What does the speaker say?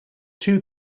two